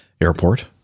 Airport